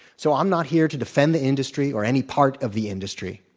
so i'm not here to defend the industry or any part of the industry.